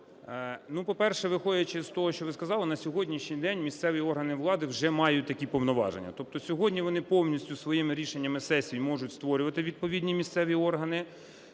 по-перше, виходячи з того, що ви сказали, на сьогоднішній день місцеві органи влади вже мають такі повноваження. Тобто сьогодні вони повністю своїми рішеннями сесій можуть створювати відповідні місцеві органи,